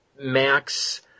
Max